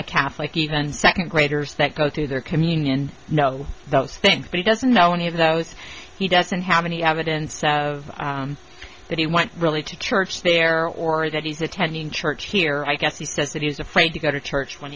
a catholic even second graders that go through their communion know those things but he doesn't know any of those he doesn't have any evidence of that he went really to church there or that he's attending church here i guess he says that he was afraid to go to church when